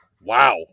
Wow